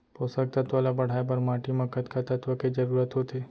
पोसक तत्व ला बढ़ाये बर माटी म कतका तत्व के जरूरत होथे?